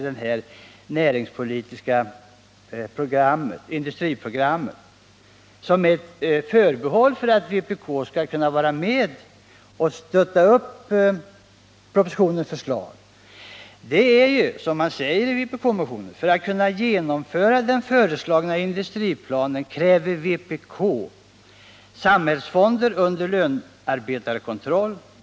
Ett förbehåll för att vpk skall kunna vara med och stötta propositionens förslag är det man säger vidare i det industripolitiska programmet i motionen: ”För att kunna genomföras kräver industriplanen: 4. Samhällsfonder under lönarbetarkontroll.